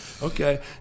Okay